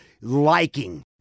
liking